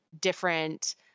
Different